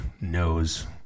knows